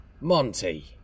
Monty